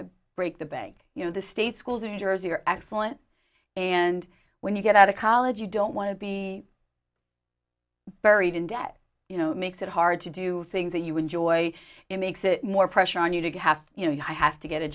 a break the bank you know the state schools in jersey are excellent and when you get out of college you don't want to be buried in debt you know makes it hard to do things that you enjoy it makes it more pressure on you to have you know i have to get a